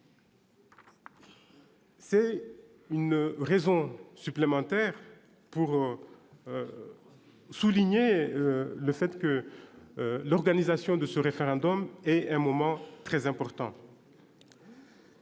C'est une raison supplémentaire de souligner que l'organisation de ce référendum est un moment très important.